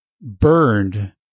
burned